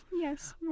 Yes